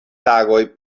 tagoj